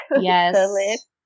yes